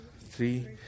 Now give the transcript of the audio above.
Three